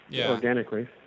organically